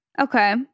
Okay